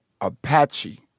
Apache